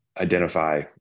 identify